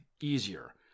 easier